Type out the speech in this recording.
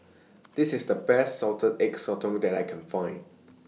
This IS The Best Salted Egg Sotong that I Can Find